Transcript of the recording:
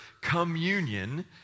communion